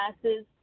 classes